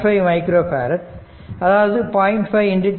5 micro farad அதாவது 0